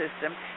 system